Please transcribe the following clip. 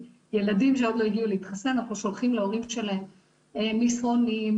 ילדים שעוד לא הגיעו להתחסן אנחנו שולחים להורים שלהם מסרונים,